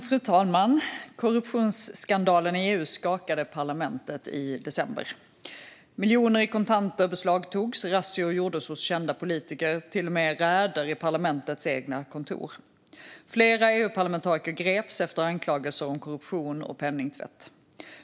Fru talman! Korruptionsskandalen i EU skakade parlamentet i december. Miljoner i kontanter beslagtogs. Razzior gjordes hos kända politiker, till och med räder i parlamentets egna kontor. Flera EU-parlamentariker greps efter anklagelser om korruption och penningtvätt.